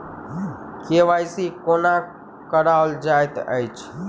KYC कोना कराओल जाइत अछि?